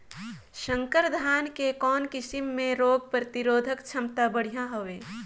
संकर धान के कौन किसम मे रोग प्रतिरोधक क्षमता बढ़िया हवे?